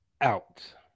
out